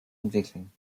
entwickeln